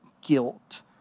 guilt